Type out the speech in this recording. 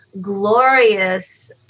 glorious